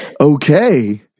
okay